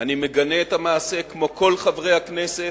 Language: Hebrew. אני מגנה את המעשה, כמו כל חברי הכנסת,